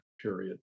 period